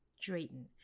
Drayton